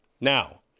Now